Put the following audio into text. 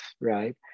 right